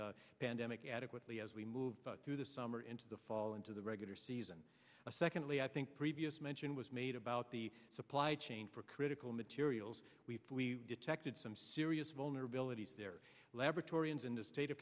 pandemic adequately as we move through the summer into the fall into the regular season secondly i think previous mention was made about the supply chain for critical materials we detected some serious vulnerabilities their laboratories in the state of